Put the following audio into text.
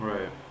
Right